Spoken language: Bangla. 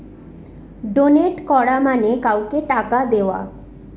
ডোনেট করা মানে কাউকে টাকা দেওয়া